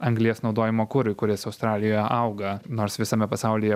anglies naudojimo kurui kuris australijoje auga nors visame pasaulyje